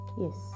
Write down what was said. Yes